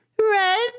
red